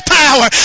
power